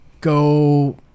go